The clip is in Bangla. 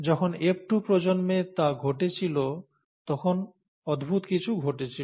যখন F2 প্রজন্মে তা ঘটেছিল তখন অদ্ভুত কিছু ঘটেছিল